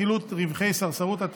חילוט רווחי סרסרות),